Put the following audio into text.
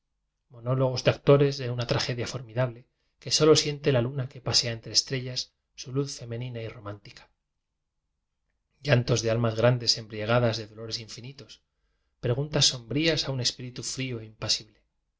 monólogos de actores de una tragedia formidable que solo siente la luna que pasea entre estrellas su luz femenina y romántica llantos de almas grandes embriagadas de dolores in finitos preguntas sombrías a un espíritu ío e impasible